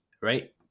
right